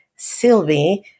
Sylvie